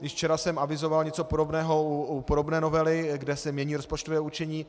Již včera jsem avizoval něco podobného u podobné novely, kde se mění rozpočtové určení.